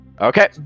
Okay